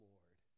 Lord